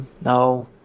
No